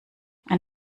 ein